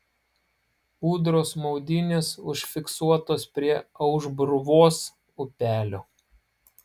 ūdros maudynės užfiksuotos prie aušbruvos upelio